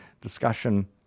discussion